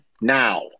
Now